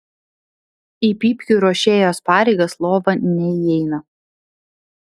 į pypkių ruošėjos pareigas lova neįeina